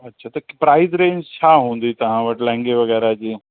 अछा त price range छा हूंदी तव्हां वटि लहंगे वग़ैरह जी